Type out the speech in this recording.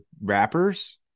rappers